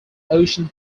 ocean